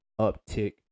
uptick